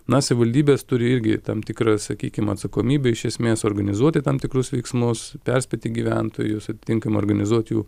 na savivaldybės turi irgi tam tikrą sakykim atsakomybę iš esmės organizuoti tam tikrus veiksmus perspėti gyventojus atitinkamų organizuot jų